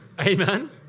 Amen